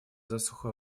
засуха